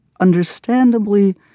understandably